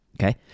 Okay